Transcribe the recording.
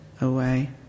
away